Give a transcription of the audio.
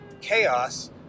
chaos